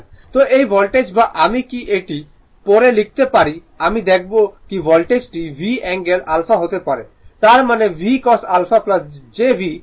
তো এই ভোল্টেজ বা আমি কি এটি পরে লিখতে পারি আমি দেখাব এই ভোল্টেজটি V অ্যাঙ্গেল α হতে পারে তার মানে V cos α j V sin α